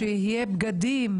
שיהיו בגדים,